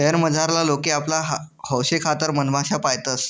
शयेर मझारला लोके आपला हौशेखातर मधमाश्या पायतंस